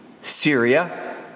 Syria